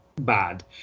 bad